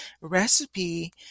recipe